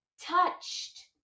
touched